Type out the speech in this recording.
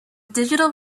digital